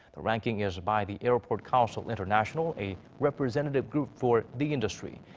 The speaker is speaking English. the ranking is by the airport council international, a representative group for the industry.